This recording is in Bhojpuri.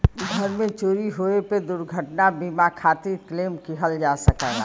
घर में चोरी होये पे दुर्घटना बीमा खातिर क्लेम किहल जा सकला